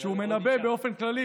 באופן כללי,